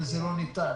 זה לא ניתן.